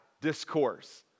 discourse